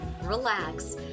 relax